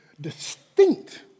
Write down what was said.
distinct